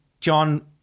John